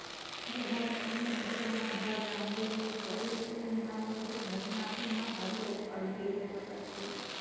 बहुत झन मइनसे मन हर जानबे नइ करे की बीमा मे दुरघटना बीमा घलो अलगे ले रथे